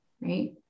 right